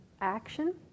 action